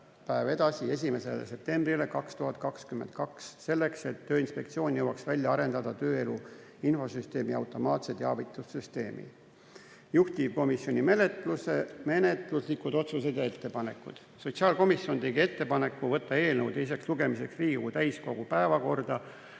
tähtpäev edasi 1. septembrile 2022, et Tööinspektsioon jõuaks välja arendada tööelu infosüsteemi automaatse teavitussüsteemi. Juhtivkomisjoni menetluslikud otsused ja ettepanekud. Sotsiaalkomisjon tegi ettepaneku võtta eelnõu teiseks lugemiseks Riigikogu täiskogu päevakorda